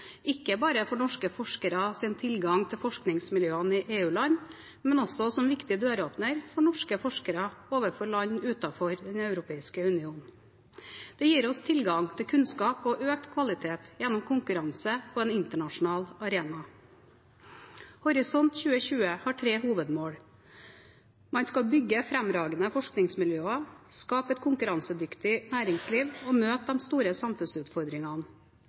ikke bare for norske forskeres tilgang til forskningsmiljøene i EU-land, men også som viktig døråpner for norske forskere overfor land utenfor Den europeiske union. Det gir oss tilgang til kunnskap og økt kvalitet gjennom konkurranse på en internasjonal arena. Horisont 2020 har tre hovedmål. Man skal bygge fremragende forskningsmiljøer, skape et konkurransedyktig næringsliv og møte de store samfunnsutfordringene.